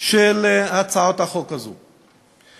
של הצעת החוק הזאת.